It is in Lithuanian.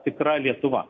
tikra lietuva